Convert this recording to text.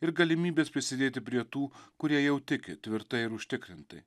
ir galimybės prisidėti prie tų kurie jau tik tvirtai ir užtikrintai